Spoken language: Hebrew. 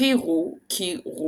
הכי רו – כי רו,